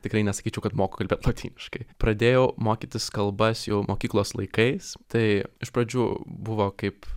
tikrai nesakyčiau kad moku kalbėt lotyniškai pradėjau mokytis kalbas jau mokyklos laikais tai iš pradžių buvo kaip